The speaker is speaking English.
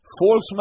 false